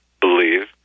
believe